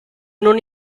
non